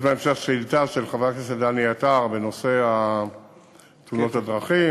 בהמשך יש שאילתה של חבר הכנסת דני עטר בנושא תאונות הדרכים,